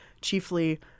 chiefly